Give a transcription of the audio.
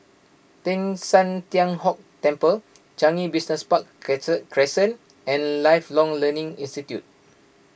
Teng San Tian Hock Temple Changi Business Park Crescent and Lifelong Learning Institute